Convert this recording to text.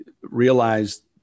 realized